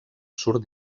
surt